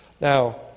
Now